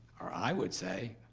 or i would say,